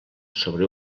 sobre